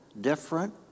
different